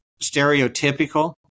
stereotypical